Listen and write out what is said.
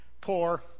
poor